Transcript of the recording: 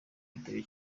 bitabiriye